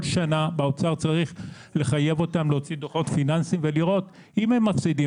האוצר צריך לחייב אותם להוציא דוחות פיננסיים ולראות אם הם מפסידים,